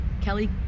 kelly